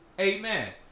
Amen